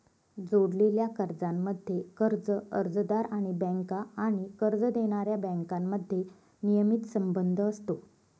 जोडलेल्या कर्जांमध्ये, कर्ज अर्जदार आणि बँका आणि कर्ज देणाऱ्या बँकांमध्ये नियमित संबंध असतो